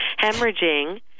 hemorrhaging